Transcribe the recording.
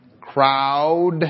crowd